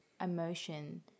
emotion